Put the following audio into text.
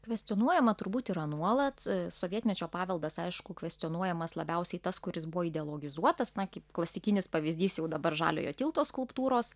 kvestionuojama turbūt yra nuolat sovietmečio paveldas aišku kvestionuojamas labiausiai tas kuris buvo ideologizuotas na kaip klasikinis pavyzdys jau dabar žaliojo tilto skulptūros